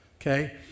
Okay